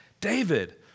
David